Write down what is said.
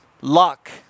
luck